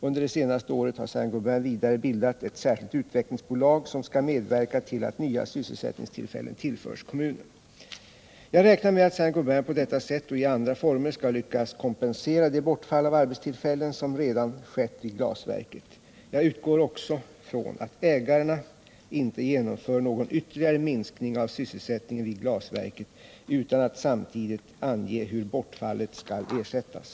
Under det senaste året har Saint Gobain vidare bildat ett särskilt utvecklingsbolag, som skall medverka till att nya sysselsättnings tillfällen tillförs kommunen. Jag räknar med att Saint Gobain på detta sätt och i andra former skall lyckas kompensera det bortfall av arbetstillfällen som redan har skett vid glasverket. Jag utgår också från att ägarna inte genomför någon ytterligare minskning av sysselsättningen vid glasverket utan att samtidigt ange hur bortfallet skall ersättas.